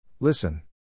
Listen